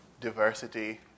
diversity